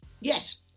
Yes